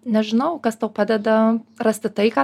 nežinau kas tau padeda rasti taiką